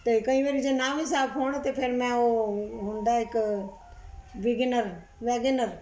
ਅਤੇ ਕਈ ਵਾਰੀ ਜੇ ਨਾ ਵੀ ਸਾਫ ਹੋਣ ਤਾਂ ਫਿਰ ਮੈਂ ਉਹ ਹੁੰਦਾ ਇੱਕ ਵੀਗੇਨਰ ਵਿਨੇਗਰ